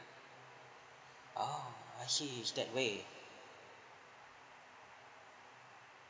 oh I see that way